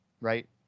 right